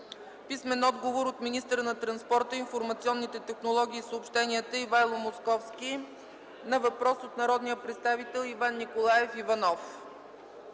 Димитър Дъбов; - от министъра на транспорта, информационните технологии и съобщенията Ивайло Московски на въпрос от народния представител Иван Николаев Иванов.